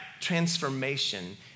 transformation